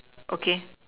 okay